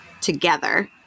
together